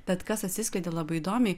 bet kas atsiskleidė labai įdomiai